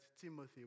timothy